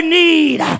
need